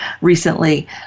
recently